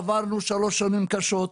עברנו שלוש שנים קשות.